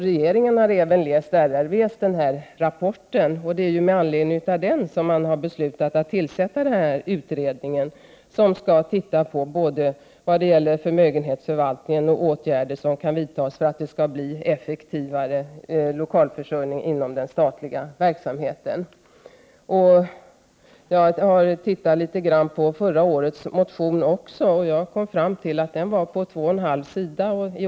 Regeringen har även läst RRV:s rapport, och det är med anledning av den man har beslutat att tillsätta den utredning som skall studera både förmögenhetsförvaltning och åtgärder som kan vidtas för att lokalförsörjningen inom den statliga verksamheten skall bli effektivare. Jag har tittat litet på förra årets motion. Jag kom fram till att den var på två och en halv sida.